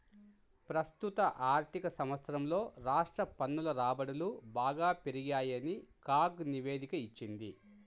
ప్రస్తుత ఆర్థిక సంవత్సరంలో రాష్ట్ర పన్నుల రాబడులు బాగా పెరిగాయని కాగ్ నివేదిక ఇచ్చింది